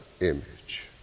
image